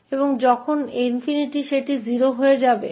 और जब ∞ वह 0 हो जाएगा